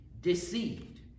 deceived